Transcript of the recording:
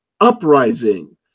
Uprising